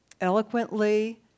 eloquently